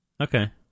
Okay